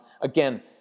again